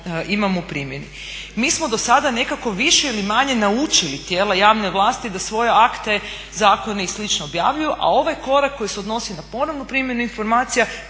imamo u primjeni. Mi smo dosada nekako više ili manje naučili tijela javne vlasti da svoje akte, zakone i slično objavljuju, a ovaj korak koji se odnosi na ponovnu primjenu informacija